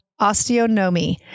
osteonomy